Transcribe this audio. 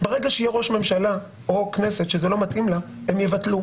ברגע שיהיה ראש ממשלה או כנסת שזה לא מתאים לה הם יבטלו.